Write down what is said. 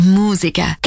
musica